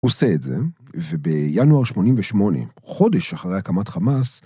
עושה את זה, ובינואר 88' חודש אחרי הקמת חמאס.